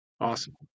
Awesome